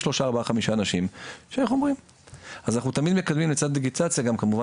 אנחנו תמיד מקדמים לצד דיגיטציה גם כמובן